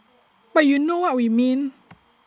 but you know what we mean